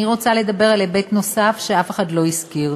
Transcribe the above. אני רוצה לדבר על היבט נוסף שאף אחד לא הזכיר,